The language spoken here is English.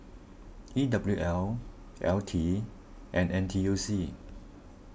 E W L L T and N T U C